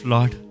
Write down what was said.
Lord